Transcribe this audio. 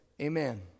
amen